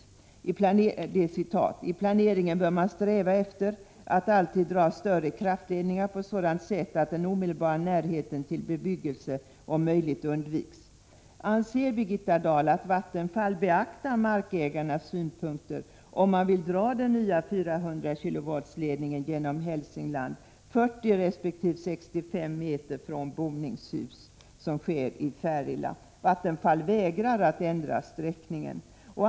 Vidare sade hon: ”I planeringen bör man sträva efter att alltid dra större kraftledningar på sådant sätt att den omedelbara närheten till bebyggelse om möjligt undviks.” Anser Birgitta Dahl att Vattenfall beaktar markägarnas synpunkter, när man vill dra den nya 400 kV-ledningen genom Hälsingland, 40 resp. 65 meter från boningshus, som är fallet i Färila? Vattenfall vägrar att ändra sträckningen.